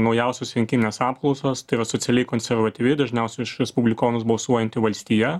naujausios rinkiminės apklausos tai yra socialiai konservatyvi dažniausiai už respublikonus balsuojanti valstija